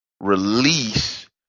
release